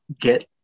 get